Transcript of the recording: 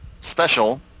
special